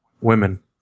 women